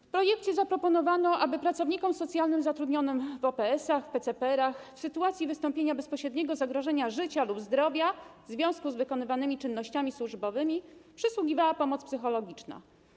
W projekcie zaproponowano, aby pracownikom socjalnym zatrudnionym w OPS-ach, w PCPR-ach w sytuacji wystąpienia bezpośredniego zagrożenia dla życia lub zdrowia w związku z wykonywanymi czynnościami służbowymi przysługiwała pomoc psychologiczna.